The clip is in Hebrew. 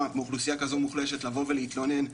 מאוכלוסייה כזו מוחלשת לבוא ולהתלונן,